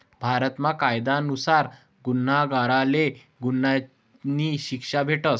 भारतमा कायदा नुसार गुन्हागारले गुन्हानी शिक्षा भेटस